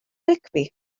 rygbi